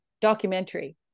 documentary